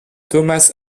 thomas